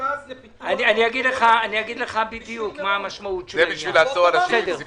אגיד לך בדיוק מה המשמעות של העניין.